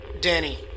Danny